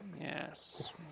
Yes